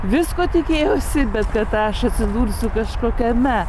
visko tikėjausi bet kad aš atsidursiu kažkokiame